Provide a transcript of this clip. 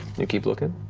you keep looking?